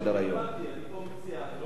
אני פה מציע, אני לא מבין.